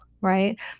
right